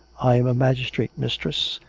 i am a magistrate, mistress,